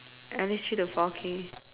at least three to four K